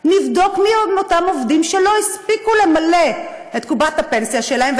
נבדוק מיהם אותם עובדים שלא הספיקו למלא את קופת הפנסיה שלהם,